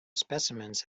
specimens